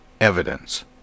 evidence